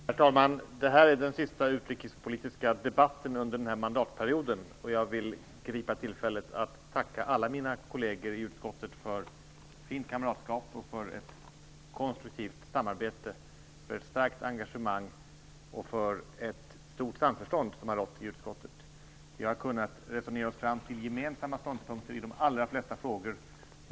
Herr talman! Detta är den sista utrikespolitiska debatten under denna mandatperiod. Jag vill ta tillfället i akt att tacka alla mina kolleger i utskottet för den fina kamratskap, det konstruktiva samarbete, det starka engagemang och det stora samförstånd som har rått i utskottet. Vi har kunnat resonera oss fram till gemensamma ståndpunkter i de allra flesta frågor.